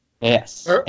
Yes